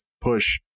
push